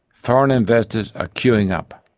foreign investors are queuing up.